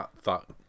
thought